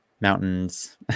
mountains